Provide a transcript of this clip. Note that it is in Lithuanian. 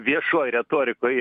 viešoj retorikoj